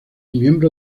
miembro